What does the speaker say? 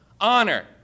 honor